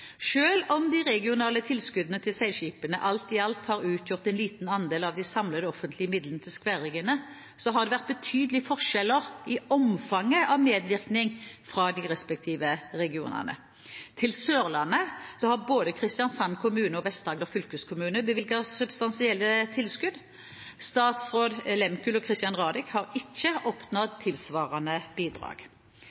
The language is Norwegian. om de regionale tilskuddene til seilskipene alt i alt har utgjort en liten andel av de samlede offentlige midlene til skværriggerne, har det vært betydelige forskjeller i omfanget av medvirkning fra de respektive regionene. Til «Sørlandet» har både Kristiansand kommune og Vest-Agder fylkeskommune bevilget substansielle tilskudd. «Statsraad Lehmkuhl» og «Christian Radich» har ikke oppnådd tilsvarende bidrag.